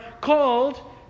called